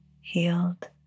healed